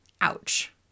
Ouch